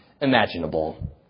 imaginable